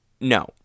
No